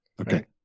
Okay